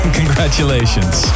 congratulations